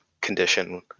condition